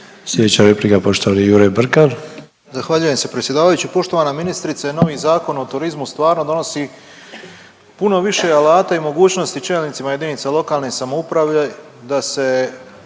Slijedeća replika poštovani Jure Brkan.